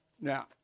now